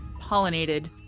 pollinated